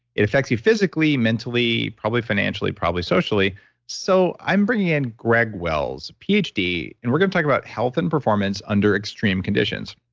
it affects you physically, mentally probably financially, probably socially so, i'm bringing in greg wells, ph d, and we're going to talk about health and performance under extreme conditions.